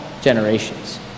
generations